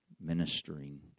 ministering